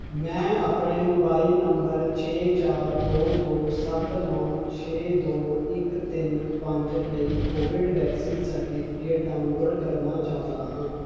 ਮੈਂ ਆਪਣੇ mobile number ਛੇ ਚਾਰ ਦੋ ਦੋ ਸੱਤ ਨੌ ਛੇ ਦੋ ਇੱਕ ਤਿੰਨ ਪੰਜ ਲਈ ਕੋਵਿਡ ਵੈਕਸੀਨ ਸਰਟੀਫਿਕੇਟ ਡਾਊਨਲੋਡ ਕਰਨਾ ਚਾਹੁੰਦਾ ਹਾਂ